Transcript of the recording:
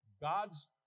God's